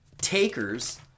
Takers